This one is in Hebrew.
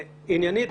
עניינית.